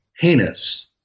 heinous